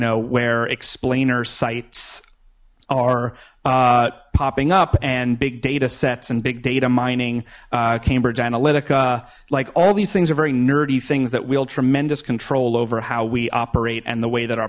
know where explainer sites are popping up and big datasets and big data mining cambridge analytic like all these things are very nerdy things that wield tremendous control over how we operate and the way that our